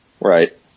Right